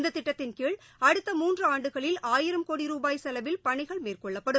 இந்த திட்டத்தின் கீழ் அடுத்த மூன்று ஆண்டுகளில் ஆயிரம் கோடி ரூபாய் செலவில் பணிகள் மேற்கொள்ளப்படும்